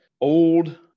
old